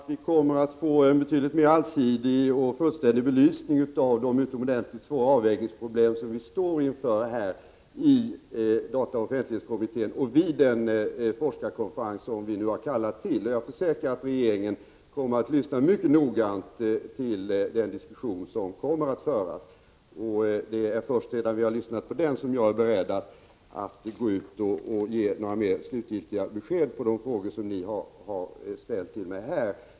Herr talman! Jag är helt övertygad om att vi vid den forskarkonferens som vi nu har kallat till kommer att få en betydligt mera allsidig och fullständig belysning av de utomordentligt svåra avvägningsproblem som vi står inför i dataoch offentlighetskommittén. Jag vill försäkra att regeringen kommer att lyssna mycket noga till den diskussion som kommer att föras. Det är först när vi hört den som jag är beredd att gå ut och ge slutgiltigt besked om de frågor ni ställt till mig här.